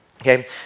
okay